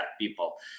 people